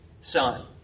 son